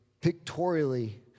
pictorially